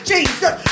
Jesus